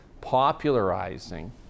popularizing